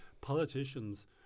politicians